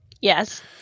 yes